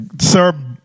Sir